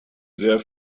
sehr